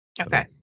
Okay